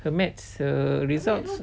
her maths err results